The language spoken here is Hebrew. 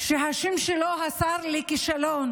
שהשם שלו הוא השר לכישלון.